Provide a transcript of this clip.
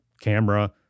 camera